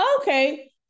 Okay